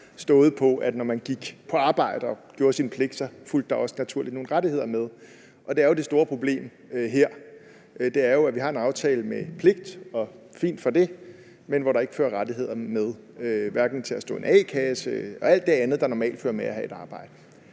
stået på, at når man gik på arbejde og gjorde sin pligt, fulgte der også naturligt nogle rettigheder med. Og det er jo det store problem her, nemlig at vi har en aftale med pligt – og det er fint med det – men hvor der ikke følger rettigheder med, hverken til at stå i en a-kasse eller alt det andet, der normalt følger med det at have et arbejde.